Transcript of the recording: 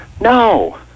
No